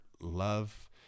love